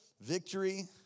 Victory